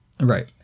Right